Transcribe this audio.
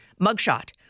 mugshot